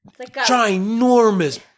ginormous